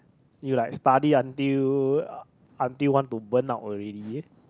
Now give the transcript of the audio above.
you like study until until want to burn out already